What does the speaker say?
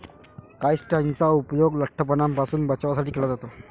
काइट्सनचा उपयोग लठ्ठपणापासून बचावासाठी केला जातो